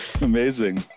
Amazing